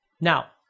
Now